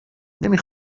نمی